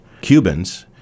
Cubans